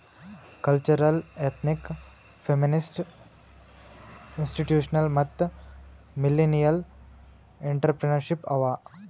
cultural, ethnic, feminist, institutional ಮತ್ತ millennial entrepreneurship ಅವಾ